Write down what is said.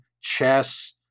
chess